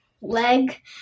leg